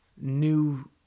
new